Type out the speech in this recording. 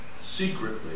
secretly